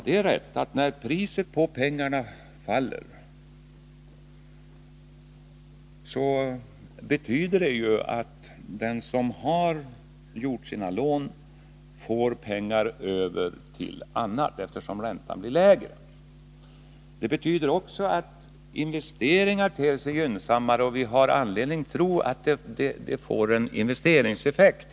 Det är rätt att när priset på pengarna faller, dvs. räntan blir lägre, betyder det att den som har att betala kostnaderna för sina lån får pengar över till annat. Det betyder också att investeringar ter sig gynnsammare, och vi har anledning tro att det får en investeringseffekt.